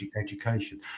education